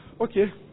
Okay